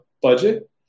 budget